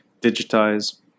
digitize